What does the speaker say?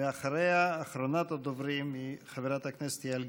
ואחריה, אחרונת הדוברים היא חברת הכנסת יעל גרמן.